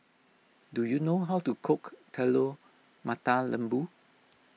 do you know how to cook Telur Mata Lembu